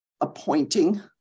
appointing